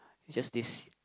just this